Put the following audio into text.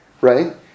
Right